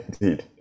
Indeed